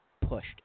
pushed